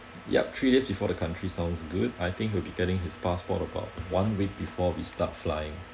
yup three days before the country sounds good I think he'll be getting his passport about one week before we start flying